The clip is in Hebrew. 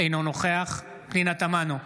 אינו נוכח פנינה תמנו,